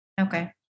Okay